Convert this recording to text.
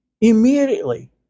Immediately